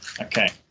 Okay